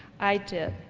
i did,